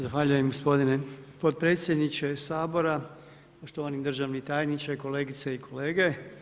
Zahvaljujem gospodine potpredsjedniče Sabora, poštovani državni tajniče, kolegice i kolege.